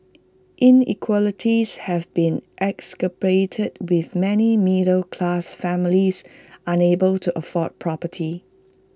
inequalities have been exacerbated with many middle class families unable to afford property